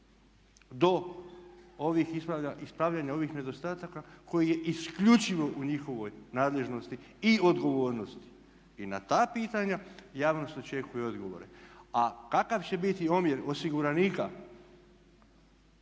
ispravljanja ovih nedostataka koji je isključivo u njihovoj nadležnosti i odgovornosti. I na ta pitanja javnost očekuje odgovore, a kakav će biti omjer osiguranika